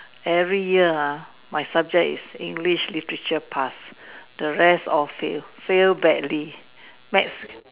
every year ah my subject is English literature pass the rest all fail fail badly maths